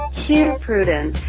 here, prudence.